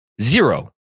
zero